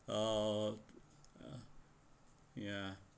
uh ya